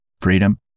freedom